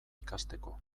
ikasteko